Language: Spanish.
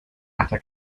hasta